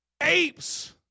Apes